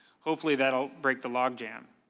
hopefully, that will break the log jam.